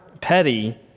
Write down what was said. petty